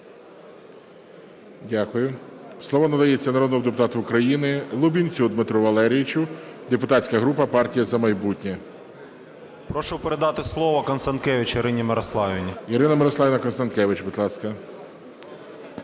Дякую. Слово надається народному депутату України Лубінцю Дмитру Валерійовичу, депутатська група "Партія "За майбутнє". 13:52:14 ЛУБІНЕЦЬ Д.В. Прошу передати слово Констанкевич Ірині Мирославівні. ГОЛОВУЮЧИЙ. Ірина Мирославівна Констанкевич, будь ласка.